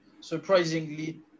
surprisingly